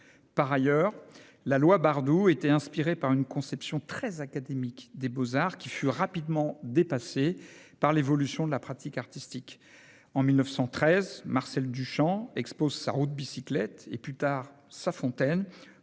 Par ailleurs, la loi Bardoux était inspirée par une conception très académique des beaux-arts, qui fut rapidement dépassée par l'évolution de la pratique artistique. En 1913, Marcel Duchamp expose sa roue de bicyclette et, plus tard, sa fontaine,